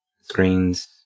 screens